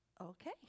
Okay